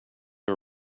our